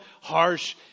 harsh